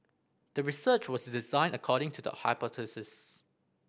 the research was designed according to the hypothesis